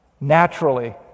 naturally